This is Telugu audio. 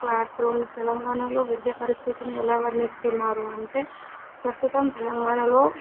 క్లాస్రూమ్ తెలంగాణలో విద్యా పరిస్థితిని ఎలా వర్ణిస్తున్నారు అంటే ప్రస్తుతం తెలంగాణాలో